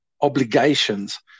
obligations